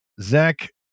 Zach